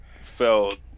felt